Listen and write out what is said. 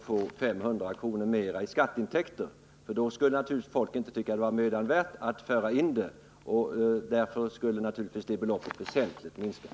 Om människorna skulle betala skatt för den spriten, skulle de inte tycka att det var mödan värt att föra in den, och därför skulle naturligtvis beloppet minska väsentligt.